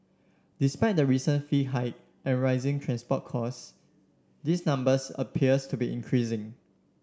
despite the recent fee hike and rising transport cost this numbers appears to be increasing